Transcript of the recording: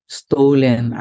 stolen